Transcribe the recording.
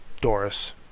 Doris